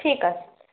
ঠিক আছে